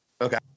Okay